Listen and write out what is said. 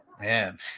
Man